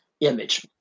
image